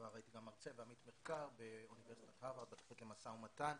בעבר גם הייתי מרצה ועמית מחקר באוניברסיטת הרווארד בתוכנית למשא ומתן.